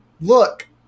look